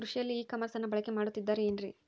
ಕೃಷಿಯಲ್ಲಿ ಇ ಕಾಮರ್ಸನ್ನ ಬಳಕೆ ಮಾಡುತ್ತಿದ್ದಾರೆ ಏನ್ರಿ?